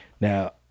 Now